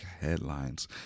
headlines